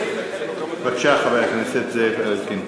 בבקשה, חבר הכנסת זאב אלקין.